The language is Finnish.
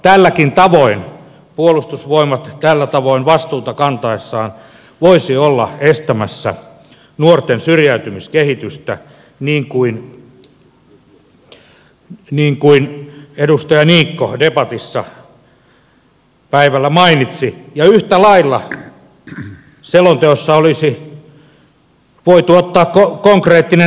tälläkin tavoin puolustusvoimat tällä tavoin vastuuta kantaessaan voisi olla estämässä nuorten syrjäytymiskehitystä niin kuin edustaja niikko debatissa päivällä mainitsi ja yhtä lailla selonteossa olisi voitu ottaa konkreettinen tavoite